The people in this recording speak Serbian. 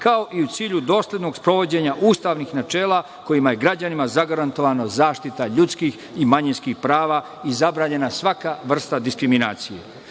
kao i u cilju doslednog sprovođenja ustavnih načela, kojima je građanima zagarantovana zaštita ljudskih i manjinskih prava i zabranjena svaka vrsta diskriminacije.